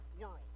world